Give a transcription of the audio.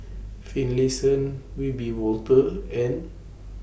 Finlayson Wiebe Wolters and